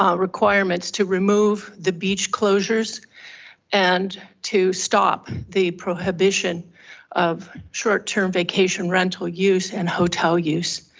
um requirements to remove the beach closures and to stop the prohibition of short term vacation rental use and hotel use.